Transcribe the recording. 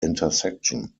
intersection